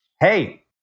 Hey